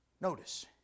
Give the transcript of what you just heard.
Notice